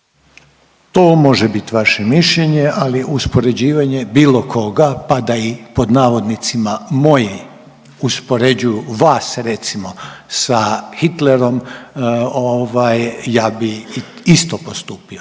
To može biti vaše mišljenje, ali uspoređivanje bilo koga pa da i pod navodnicima moji uspoređuju vas recimo sa Hitlerom ovaj ja bi isto postupio,